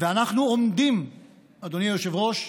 אדוני היושב-ראש,